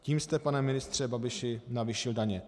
Tím jste, pane ministře Babiši, navýšil daně.